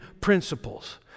principles